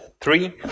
Three